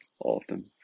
Often